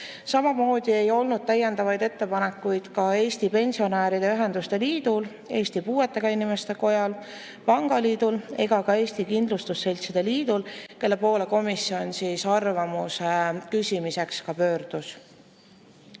Samuti ei olnud täiendavaid ettepanekuid Eesti Pensionäride Ühenduste Liidul, Eesti Puuetega Inimeste Kojal, pangaliidul ega Eesti Kindlustusseltside Liidul, kelle poole komisjon arvamuse küsimiseks pöördus.